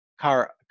car